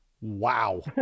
wow